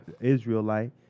Israelite